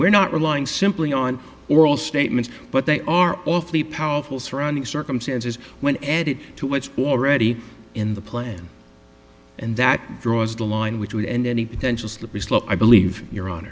we're not relying simply on oral statements but they are awfully powerful surrounding circumstances when added to what's already in the plan and that draws the line which would end any potential slippery slope i believe your hon